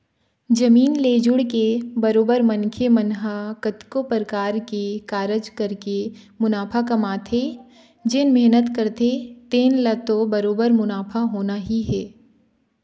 जमीन ले जुड़के बरोबर मनखे मन ह कतको परकार के कारज करके मुनाफा कमाथे जेन मेहनत करथे तेन ल तो बरोबर मुनाफा होना ही हे